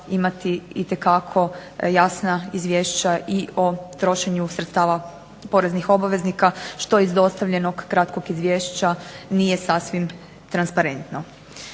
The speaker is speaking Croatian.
imati itekako jasna izvješća i o trošenju sredstava poreznih obveznika što iz dostavljenog kratkog izvješća nije sasvim transparentno.